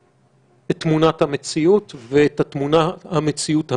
את תמונת המציאות ואת תמונת המציאות המדינית,